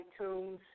iTunes